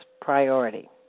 priority